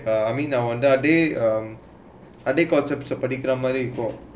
I mean our அதே:athae um அதே:athae concepts ah படுகிறதே மாரி இருக்கும்:padukkirae maari irukkum